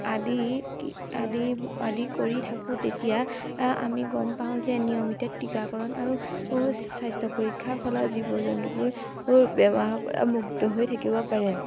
আদি কি আদি আদি কৰি থাকোঁ তেতিয়া আমি গম পাওঁ যে নিয়মিত টীকাকৰণ আৰু স্বাস্থ্য পৰীক্ষাৰ ফলত জীৱ জন্তুবোৰ বেমাৰৰ পৰা মুগ্ধ হৈ থাকিব পাৰে